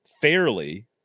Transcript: fairly